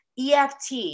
EFT